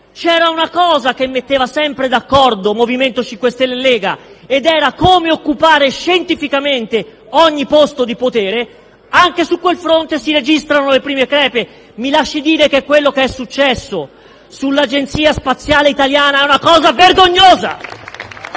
c'era una cosa che metteva sempre d'accordo MoVimento 5 Stelle e Lega, ossia come occupare scientificamente ogni posto di potere: anche su quel fronte, si registrano le prime crepe. Mi si lasci dire che quello che è successo circa l'Agenzia spaziale italiana è una cosa vergognosa,